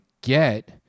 get